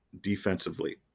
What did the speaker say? defensively